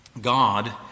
God